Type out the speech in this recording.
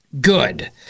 Good